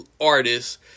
artists